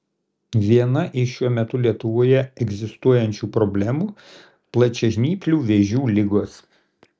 viena iš šiuo metu lietuvoje egzistuojančių problemų plačiažnyplių vėžių ligos